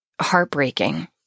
heartbreaking